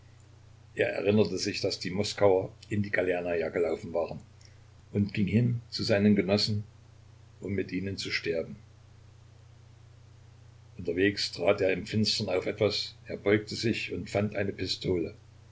er erinnerte sich daß die moskauer in die galernaja gelaufen waren und ging hin zu seinen genossen um mit ihnen zu sterben unterwegs trat er im finstern auf etwas er beugte sich und fand eine pistole